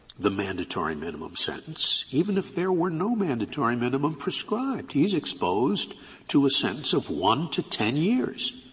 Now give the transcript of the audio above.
the mandatory minimum sentence, even if there were no mandatory minimum prescribed. he is exposed to a sentence of one to ten years.